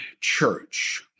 church